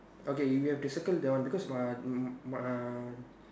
okay you have to circle that one because my mm